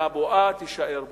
והבועה תישאר בועה.